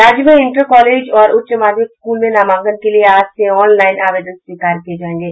राज्य में inter college और उच्च माध्यमिक स्कूल में नामांकन के लिये आज से ऑनलाइन आवेदन स्वीकार किये जायेंगे